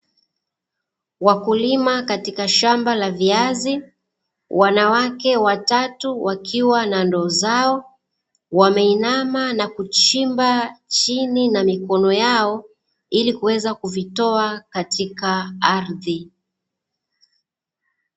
Wakulima katika shamba la viazi, wanawake watatu wakiwa na ndoo zao, wameinama na kuchimba chini na mikono yao, ili kuweza kuvitoa katika ardhi.